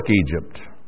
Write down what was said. Egypt